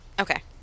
Okay